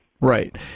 right